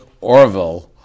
Orville